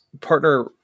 partner